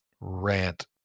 rant